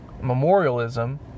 memorialism